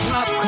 Pop